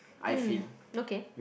uh okay